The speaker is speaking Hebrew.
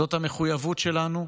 זאת המחויבות שלנו,